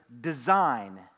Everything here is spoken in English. design